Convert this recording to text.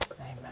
Amen